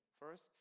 first